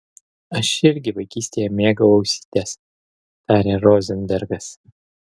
aš irgi vaikystėje mėgau ausytes tarė rozenbergas